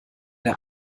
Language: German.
der